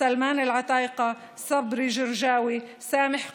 סלמאן אלעתאיקה, סברי ג'רג'אוי, סאמח קרואני,